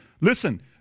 Listen